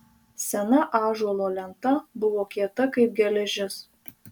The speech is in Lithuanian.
sena ąžuolo lenta buvo kieta kaip geležis